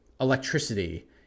electricity